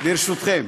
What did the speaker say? ברשותכם,